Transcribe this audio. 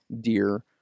deer